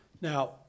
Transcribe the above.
Now